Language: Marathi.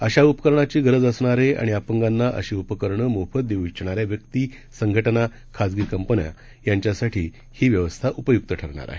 अशा उपकरणाची गरज असणारे आणि अपगांना अशी उपकरण मोफत देऊ इच्छणाऱ्या व्यक्ती संघटना खाजगी कंपन्या यांच्यासाठी ही व्यवस्था उपयुक्त ठरणार आहे